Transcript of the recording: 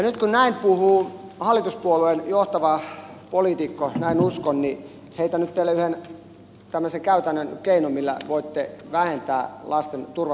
nyt kun näin puhuu hallituspuolueen johtava poliitikko näin uskon heitän teille yhden tämmöisen käytännön keinon jolla voitte vähentää lasten turvattomuutta